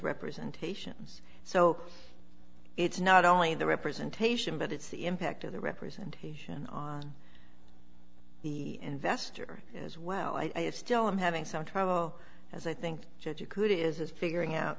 representations so it's not only the representation but it's the impact of the representation on the investor as well i still am having some trouble as i think that you could is is figuring out